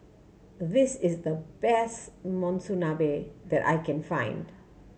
this is the best Monsunabe that I can find